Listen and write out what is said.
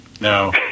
No